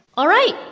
all right,